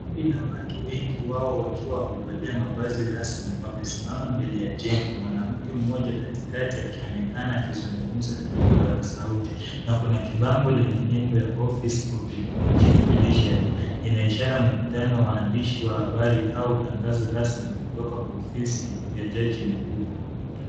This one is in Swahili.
Kundi la watu, wengi wao wakiwa wamevalia mavazi rasmi, wamesimama mbele ya jengo. Mwanamke mmoja kati kati akionekana akizungumza kwenye kipaza sauti na kuna kibango lenye nembo ya office of the chief judiciary . Ina ishara mkutano wa andishi wa habari au tangazo rasmi kutoka kwa ofisi ya jaji mkuu.